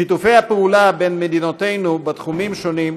שיתופי הפעולה בין מדינותינו בתחומים שונים,